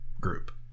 group